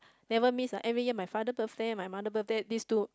never miss ah my father birthday and my mother birthday these two